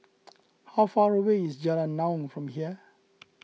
how far away is Jalan Naung from here